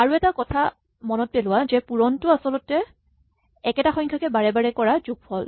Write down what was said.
আৰু এটা কথা মনত পেলোৱা যে পূৰণ টো আচলতে একেটা সংখ্যাকে বাৰে বাৰে কৰা যোগফল